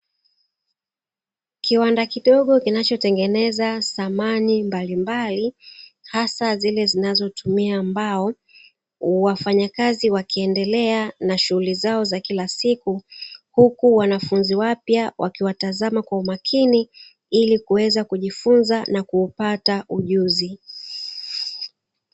Kiwanda kidogo kinachotengeneza thamani mbalimbali hasa zile zinazotumia mbao, wafanyakazi wakiendelea na shughuli zao za kila siku huku wanafunzi wapya wakiwatazama kwa umakini ili kuweza kujifunza na kuupata ujuzi.